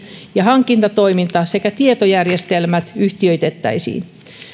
ja hankintatoiminta sekä tietojärjestelmät yhtiöitettäisiin